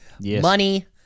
money